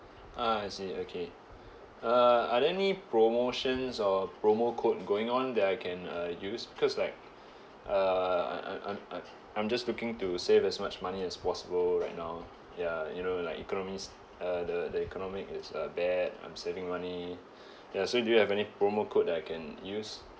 ah I see okay uh are there any promotions or promo code going on that I can uh use cause like uh I'm I'm I'm I'm just looking to save as much money as possible right now ya you know like economies uh the the economy is uh bad I'm saving money ya so do you have any promo code that I can use